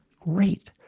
great